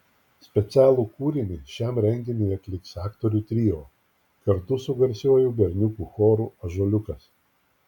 specialų kūrinį šiam renginiui atliks aktorių trio kartu su garsiuoju berniukų choru ąžuoliukas